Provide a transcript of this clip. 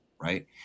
right